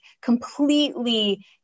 completely